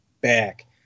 back